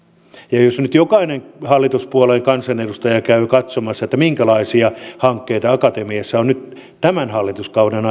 jos nyt jokainen hallituspuolueen kansanedustaja käy katsomassa minkälaisia hankkeita akatemiassa on nyt tämän hallituskauden